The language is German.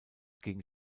gegen